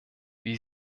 wie